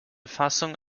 fassung